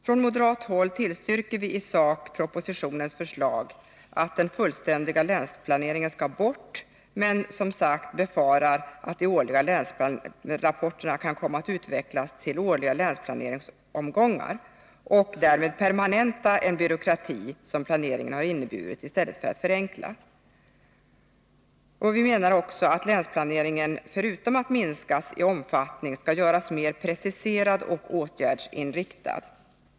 Från moderat håll tillstyrker vi i sak propositionens förslag att den fullständiga länsplaneringen skall bort — men befarar som sagt att de årliga länsrapporterna kommer att utvecklas till årliga länsplaneringsomgångar och därmed permanenta den byråkrati som planeringen har inneburit i stället för att förenkla. Vi menar också att planeringen, förutom att minskas i omfattning, skall göras mer preciserad och åtgärdsinriktad.